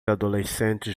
adolescentes